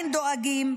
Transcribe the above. ואנחנו עדיין דואגים,